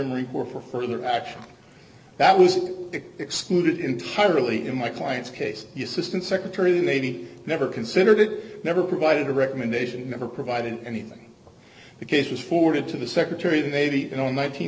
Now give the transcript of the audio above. marine corps for further action that was excluded entirely in my client's case the system secretary the lady never considered it never provided a recommendation never provided anything the case was forwarded to the secretary of the navy and on